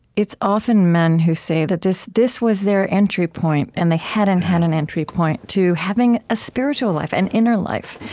it's often men who say that this this was their entry point, and they hadn't had an entry point to having a spiritual life, an inner life.